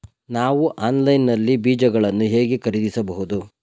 ನಾವು ಆನ್ಲೈನ್ ನಲ್ಲಿ ಬೀಜಗಳನ್ನು ಹೇಗೆ ಖರೀದಿಸಬಹುದು?